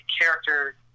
character